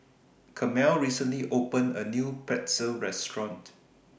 Carmel recently opened A New Pretzel Restaurant